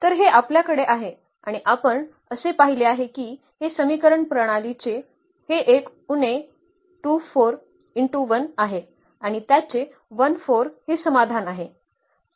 तर हे आपल्याकडे आहे आणि आपण असे पाहिले आहे की हे समीकरण प्रणालीचे हे एक उणे 2 4 x 1 आहे आणि त्याचे 1 4 हे समाधान आहे